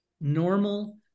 normal